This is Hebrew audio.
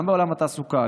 גם בעולם התעסוקה,